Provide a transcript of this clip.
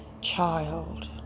child